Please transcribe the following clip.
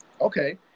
Okay